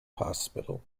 hospital